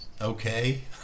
okay